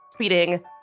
Tweeting